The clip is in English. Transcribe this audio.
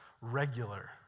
regular